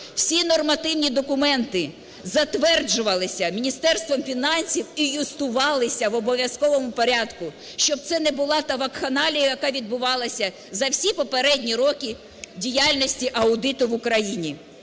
всі нормативні документи затверджувалися Міністерством фінансів і юстувалися в обов'язковому порядку, щоб це не була та вакханалія, яка відбувалася за всі попередні роки діяльності аудиту в Україні.